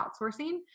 outsourcing